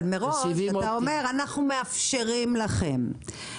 מראש אתה אומר: אנחנו מאפשרים לכם.